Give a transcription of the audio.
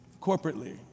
corporately